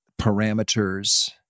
parameters